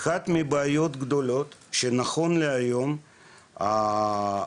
מהבעיות הגדולות שנכון להיום בשוק